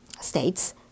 States